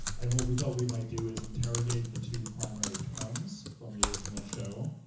and what we thought we might do is interrogate the two primary terms from the original show,